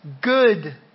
good